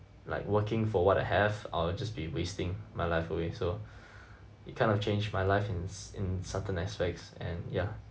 like working for what I have I'll just be wasting my life away so it kind of changed my life in in certain aspects and ya